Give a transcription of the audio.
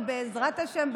ובעזרת השם,